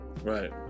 Right